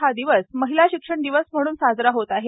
हा दिवस महिला शिक्षण दिवस म्हणून साजरा होत आहे